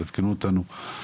תעדכנו אותנו,